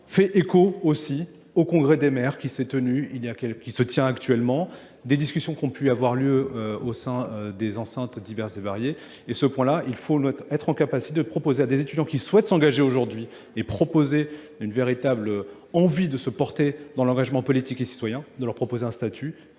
fait écho aussi au Congrès des maires qui s'est tenu, qui se tient actuellement, des discussions qui ont pu avoir lieu au sein des enceintes diverses et variées. Et ce point-là, il faut être en capacité de proposer à des étudiants qui souhaitent s'engager aujourd'hui et proposer une véritable envie de se porter dans l'engagement politique des citoyens, de leur proposer un statut